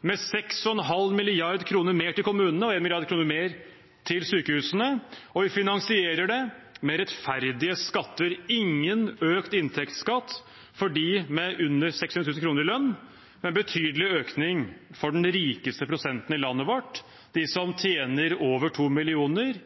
med 6,5 mrd. kr mer til kommunene og 1 mrd. kr mer til sykehusene. Og vi finansierer det med rettferdige skatter, ingen økt inntektsskatt for dem med under 600 000 kr i lønn, men betydelig økning for den rikeste prosenten i landet vårt – de som tjener over 2 mill. kr,